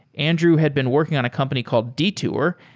andrew had been working on a company called detour.